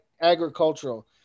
agricultural